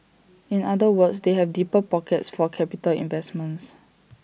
in other words they have deeper pockets for capital investments